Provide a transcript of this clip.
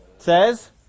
Says